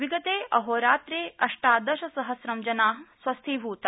विगते अहोरात्रे अष्टादशसहस्रं जना स्वस्थीभूता